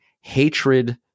hatred